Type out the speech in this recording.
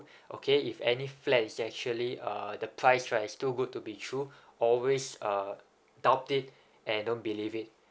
okay if any flat is actually uh the price right is too good to be true always uh doubt it and don't believe it